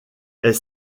est